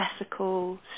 ethical